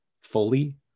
fully